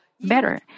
better